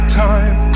time